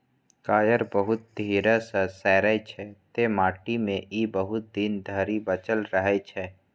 coir बहुत धीरे सं सड़ै छै, तें माटि मे ई बहुत दिन धरि बचल रहै छै